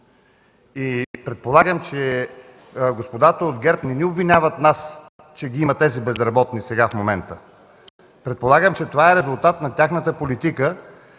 Предполагам, че господата от ГЕРБ не ни обвиняват нас, че ги има тези безработни в момента. Предполагам, че това е резултат на тяхната политика,